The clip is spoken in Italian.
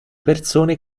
persone